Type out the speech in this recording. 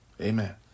Amen